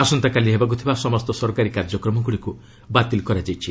ଆସନ୍ତାକାଲି ହେବାକୁ ଥିବା ସମସ୍ତ ସରକାରୀ କାର୍ଯ୍ୟକ୍ରମଗୁଡ଼ିକୁ ବାତିଲ୍ କରାଯାଇଛି